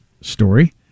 story